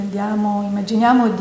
immaginiamo